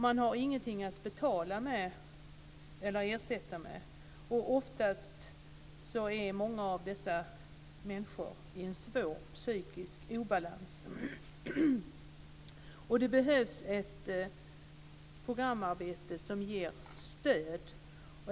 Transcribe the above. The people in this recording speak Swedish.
Man har ingenting att betala med eller att ersätta med. Oftast är många av dessa människor i en svår psykisk obalans. Det behövs ett programarbete som ger stöd.